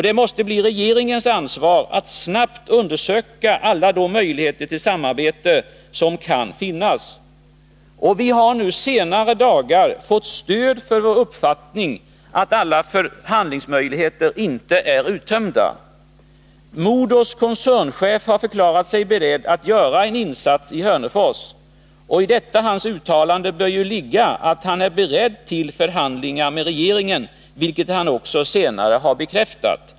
Det måste bli regeringens ansvar att snabbt undersöka alla de möjligheter till samarbete som kan finnas. Vi har de senaste dagarna fått stöd för vår uppfattning att alla förhandlingsmöjligheter inte är uttömda. MoDos koncernchef har förklarat sig beredd att göra en insats i Hörnefors. I detta hans uttalande bör ju ligga att han är beredd till förhandlingar med regeringen, vilket han också senare har bekräftat.